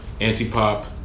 Antipop